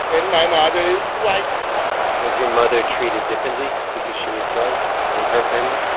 and my mother is white was your mother treated differently because she was white in her family?